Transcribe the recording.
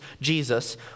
Jesus